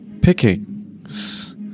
pickings